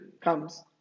comes